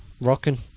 rocking